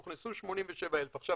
הוכנסו 87,000. עכשיו,